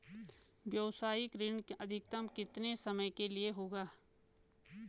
व्यावसायिक ऋण अधिकतम कितने समय के लिए होगा?